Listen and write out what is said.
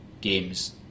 games